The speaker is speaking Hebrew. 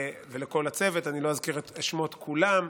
ולכל הצוות, אני לא אזכיר את שמות כולם,